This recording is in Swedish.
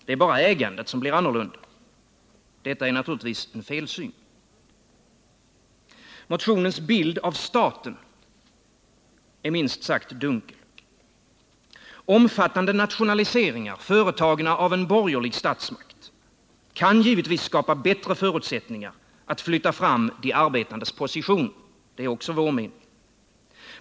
Det är bara ägandet som blir annorlunda. Detta är naturligtvis en felsyn. Motionens bild av staten är minst sagt dunkel. Omfattande nationaliseringar företagna av en borgerlig statsmakt kan givetvis skapa bättre förutsättningar för att Nytta fram de arbetandes positioner — det är också vår mening.